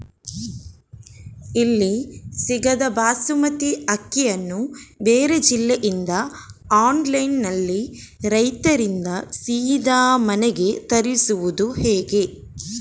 ಇಲ್ಲಿ ಸಿಗದ ಬಾಸುಮತಿ ಅಕ್ಕಿಯನ್ನು ಬೇರೆ ಜಿಲ್ಲೆ ಇಂದ ಆನ್ಲೈನ್ನಲ್ಲಿ ರೈತರಿಂದ ಸೀದಾ ಮನೆಗೆ ತರಿಸುವುದು ಹೇಗೆ?